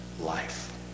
life